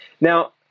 Now